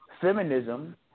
feminism